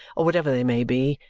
or whatever they may be,